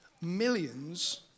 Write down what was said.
millions